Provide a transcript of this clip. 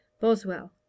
Boswell